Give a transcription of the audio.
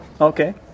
Okay